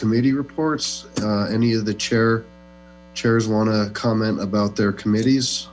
committee reports any of the chair chairs want to comment about their committees